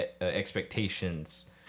expectations